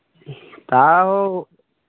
ᱛᱟᱣ